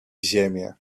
ziemię